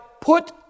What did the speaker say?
put